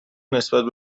نسبت